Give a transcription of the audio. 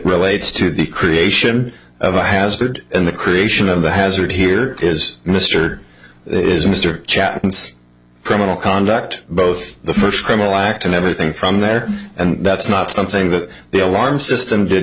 relates to the creation of a hazard in the creation of the hazard here is mr it is mr chapman's criminal conduct both the first criminal act and everything from there and that's not something that the alarm